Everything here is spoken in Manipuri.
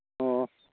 ꯑꯣ